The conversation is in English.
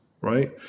right